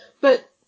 but-